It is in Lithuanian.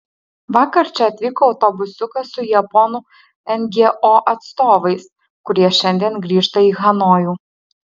vakar čia atvyko autobusiukas su japonų ngo atstovais kurie šiandien grįžta į hanojų